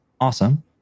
awesome